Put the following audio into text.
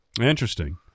Interesting